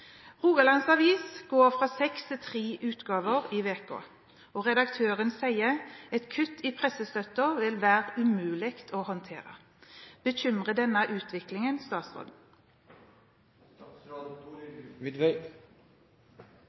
går fra seks til tre utgaver i uka. Redaktøren sier: «Et kutt i pressestøtten vil være umulig å håndtere.» Bekymrer denne utviklingen